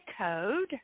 code